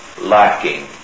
lacking